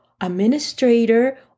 administrator